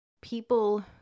people